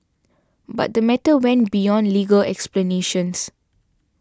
but the matter went beyond legal explanations